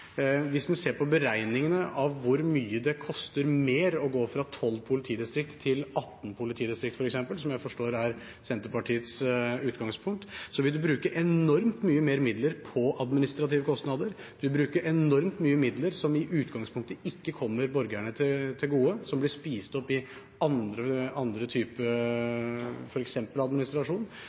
Hvis en ser på beregningene over hvor mye mer det koster å gå fra 12 politidistrikt til 18 politidistrikt, som jeg forstår er Senterpartiets utgangspunkt, vil man bruke enormt mye mer midler på administrative kostnader. Man vil bruke enormt mye midler som i utgangspunktet ikke kommer borgerne til gode, som blir spist opp i